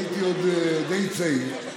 הייתי עוד די צעיר,